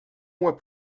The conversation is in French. mois